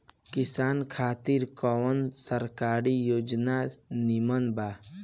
किसान खातिर कवन सरकारी योजना नीमन बा?